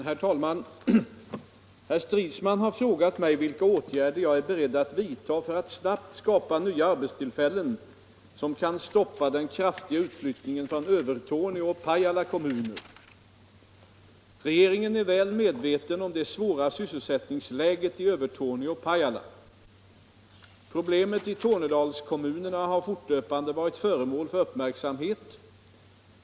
Herr talman! Herr Stridsman har frågat mig vilka åtgärder jag är beredd att vidta för att snabbt skapa nya arbetstillfällen som kan stoppa den kraftiga utflyttningen från Övertorneå och Pajala kommuner. Regeringen är väl medveten om det svåra sysselsättningsläget i Övertorneå och Pajala. Problemen i Tornedalskommunerna har fortlöpande varit föremål för uppmärksamhet.